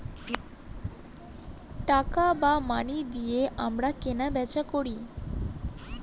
টাকা বা মানি দিয়ে আমরা কেনা বেচা করি